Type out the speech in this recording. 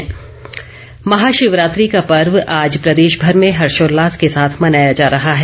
महाशिवरात्रि महाशिवरात्रि का पर्व आज प्रदेशभर में हर्षोल्लास के साथ मनाया जा रहा है